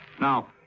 Now